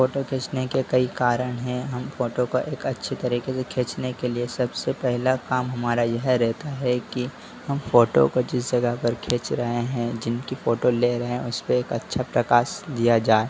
photo खींचने के कई कारण हैं हम फोटो को एक अच्छी तरीके से खींचने के लिए सबसे पहला काम हमारा यह रहता है कि हम फोटो को जिस जगह पर खींच रहे हैं जिनकी फोटो ले रहे हैं उसपर एक अच्छा प्रकाश दिया जाए